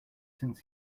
since